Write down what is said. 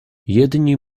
jedni